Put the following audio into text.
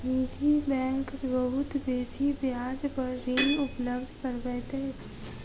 निजी बैंक बहुत बेसी ब्याज पर ऋण उपलब्ध करबैत अछि